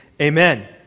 amen